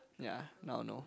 ya now no